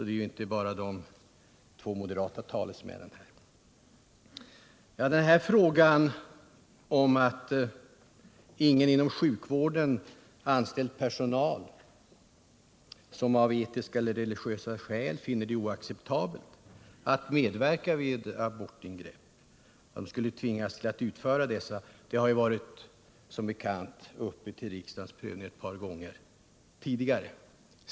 Det gäller inte bara de två moderata talesmännen. Kravet att ingen inom sjukvården anställd, som av etiska eller religiösa skäl finner det oacceptabelt att medverka vid abortingrepp, skall tvingas utföra sådant arbete har som bekant varit uppe till riksdagens prövning ett par gånger tidigare.